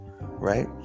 right